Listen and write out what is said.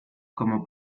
como